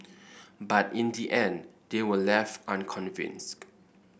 but in the end they were left unconvinced